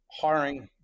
hiring